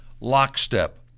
Lockstep